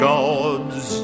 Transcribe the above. God's